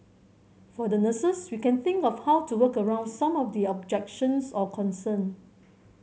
for the nurses we can think of how to work around some of the objections or concern